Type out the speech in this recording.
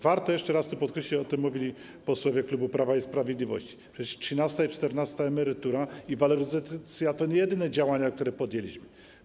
Warto jeszcze raz podkreślić - o tym mówili posłowie klubu Prawa i Sprawiedliwości - że przecież trzynasta i czternasta emerytura i waloryzacja to nie jedyne działania, które podjęliśmy.